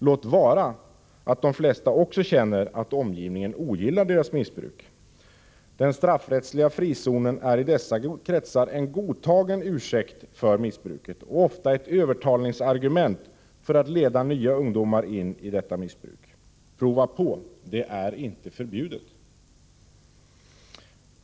Låt vara att de flesta också känner att omgivningen ogillar deras missbruk. Den straffrättsliga frizonen är i dessa kretsar en godtagen ursäkt för missbruket och ofta ett övertalningsargument för att leda nya ungdomar in i detta missbruk. Prova på, det är inte förbjudet!